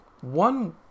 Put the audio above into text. One